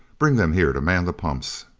bring them here to man the pumps.